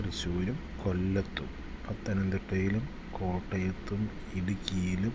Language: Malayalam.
തൃശ്ശൂരും കൊല്ലത്തും പത്തനംതിട്ടയിലും കോട്ടയത്തും ഇടുക്കിയിലും